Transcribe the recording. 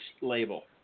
label